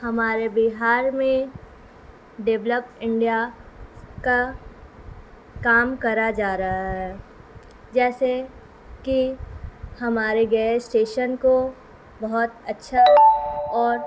ہمارے بہار میں develop India کا کام کرا جا رہا ہے جیسے کہ ہمارے گیس اسٹیشن کو بہت اچھا اور